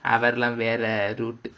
அதெல்லாம் வேற:adhellaam vera route U